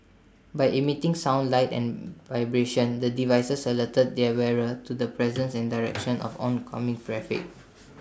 by emitting sound light and vibrations the devices alert their wearer to the presence and direction of oncoming traffic